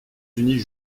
unis